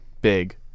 big